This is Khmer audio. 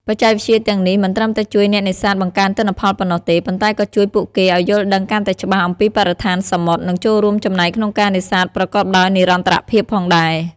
បច្ចេកវិទ្យាទាំងនេះមិនត្រឹមតែជួយអ្នកនេសាទបង្កើនទិន្នផលប៉ុណ្ណោះទេ ប៉ុន្តែក៏ជួយពួកគេឲ្យយល់ដឹងកាន់តែច្បាស់អំពីបរិស្ថានសមុទ្រ និងចូលរួមចំណែកក្នុងការនេសាទប្រកបដោយនិរន្តរភាពផងដែរ។